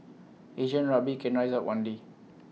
Asian rugby can rise up one day